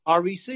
REC